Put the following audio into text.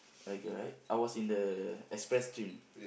okay right I was in the express stream